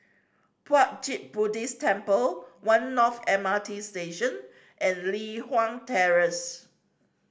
Puat Jit Buddhist Temple One North M R T Station and Li Hwan Terrace